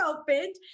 opened